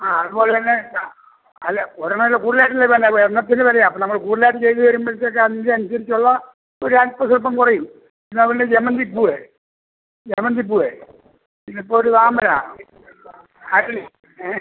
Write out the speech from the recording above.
ആ അതുപോലെത്തന്നെ അല്ല ഒരെണ്ണം അല്ല കൂടുതലായിട്ടില്ലേ പിന്നെ എണ്ണത്തിന് വിലയാ നമ്മള് കൂടുതലായിട്ട് ചെയ്ത് തരുമ്പോഴത്തേക്കതിൻ്റെ അനുസരിച്ചുള്ള ഒരൽപ്പം സ്വൽപ്പം കുറയും നമ്മളുടെ ജമന്തിപ്പൂവ് ജമന്തിപ്പൂവേ പിന്നെ ഇപ്പോൾ ഒരു താമര അരളി ഏഹ്